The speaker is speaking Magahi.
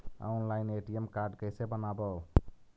ऑनलाइन ए.टी.एम कार्ड कैसे बनाबौ?